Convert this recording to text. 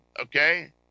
okay